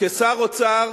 כשר האוצר